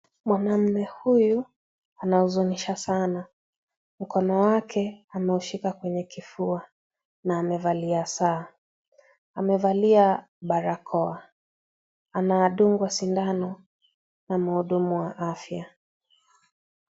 Mwanaume huyu anahuzunisha sana. Mkono wake ameushika kwenye kifua na amevalia saa, amevalia barakoa. Anadungwa sindano na muhudumu wa afya.